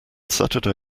saturday